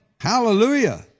hallelujah